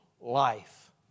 life